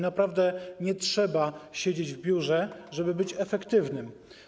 Naprawdę nie trzeba siedzieć w biurze, żeby być efektywnym.